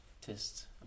test